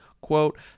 quote